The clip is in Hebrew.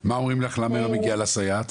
מה אומרים לך, למה לא מגיע לה סייעת?